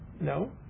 No